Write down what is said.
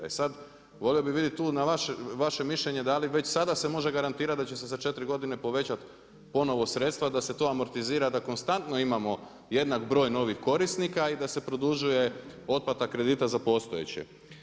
E sada, volio bih vidjeti tu vaše mišljenje da li već sada se može garantirati da će se za četiri godine povećati ponovo sredstva da se to amortizira da konstantno imamo jednak broj novih korisnika i da se produžuje otplata kredita za postojeće.